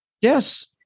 yes